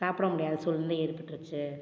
சாப்பிட முடியாத சூழ்நிலை ஏற்பட்றுச்சு